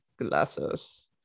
glasses